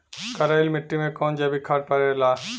करइल मिट्टी में कवन जैविक खाद पड़ेला?